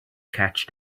catch